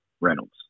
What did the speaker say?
Reynolds